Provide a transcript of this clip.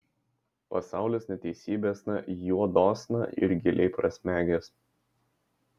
pasaulis neteisybėsna juodosna yra giliai prasmegęs